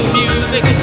music